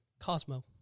Cosmo